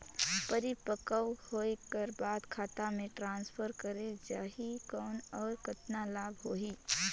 परिपक्व होय कर बाद खाता मे ट्रांसफर करे जा ही कौन और कतना लाभ होही?